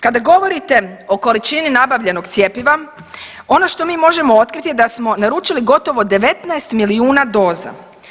Kada govorite o količini nabavljenog cjepiva ono što mi otkriti je da smo naručili gotovo 19 milijuna doza.